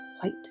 white